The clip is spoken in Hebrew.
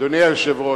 אדוני היושב-ראש,